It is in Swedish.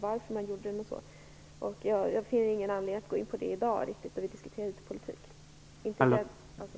Jag ser ingen anledning till att gå in på det nu, för vi diskuterar inte det i dag.